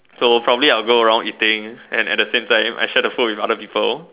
so probably I'll go around eating and at the same time I share the food with other people